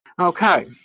Okay